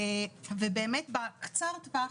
ב'קצר טווח',